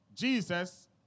Jesus